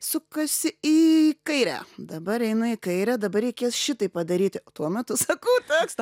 sukasi į kairę dabar eina į kairę dabar reikės šitai padaryti tuo metu sakau tekstą